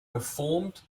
performed